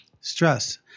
stress